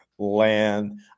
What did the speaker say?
land